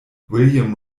william